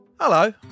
Hello